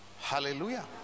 Hallelujah